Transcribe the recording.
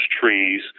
trees